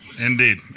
Indeed